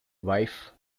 wife